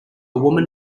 woman